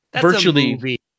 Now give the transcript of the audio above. virtually –